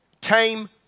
came